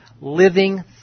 Living